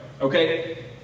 Okay